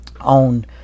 on